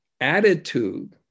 attitude